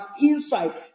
inside